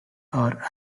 are